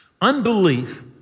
Unbelief